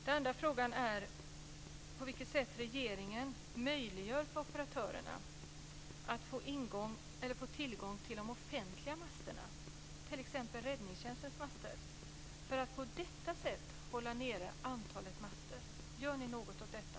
Den andra frågan är på vilket sätt regeringen möjliggör för operatörerna att få tillgång till de offentliga masterna, t.ex. räddningstjänstens master, för att på detta sätt hålla nere antalet master. Gör ni något åt detta?